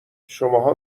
شماها